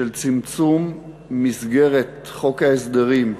של צמצום מסגרת חוק ההסדרים,